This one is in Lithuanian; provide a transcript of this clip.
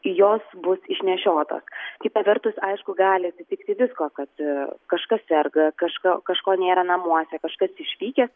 jos bus išnešiotos kita vertus aišku gali atsitikti visko kad e kažkas serga kažka kažko nėra namuose kažkas išvykęs